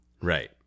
Right